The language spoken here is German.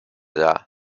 dar